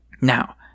now